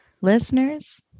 listeners